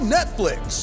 Netflix